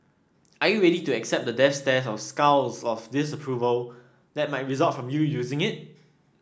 are you ready to accept the death stares or scowls of disapproval that might result from you using it